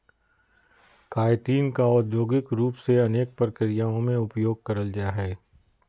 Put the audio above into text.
chitin का औद्योगिक रूप से अनेक प्रक्रियाओं में उपयोग करल जा हइ